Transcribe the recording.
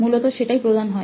মূলত সেটাই প্রধান হয়